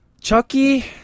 Chucky